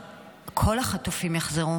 אני רוצה שכל החטופים יחזרו